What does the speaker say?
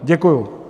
Děkuju.